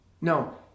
No